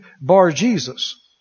Bar-Jesus